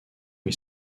lui